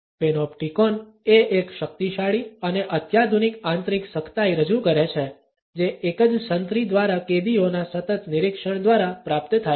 પેનોપ્ટીકોનએ એક શક્તિશાળી અને અત્યાધુનિક આંતરિક સખ્તાઈ રજૂ કરે છે જે એક જ સંત્રી દ્વારા કેદીઓના સતત નિરીક્ષણ દ્વારા પ્રાપ્ત થાય છે